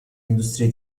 industrie